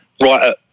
right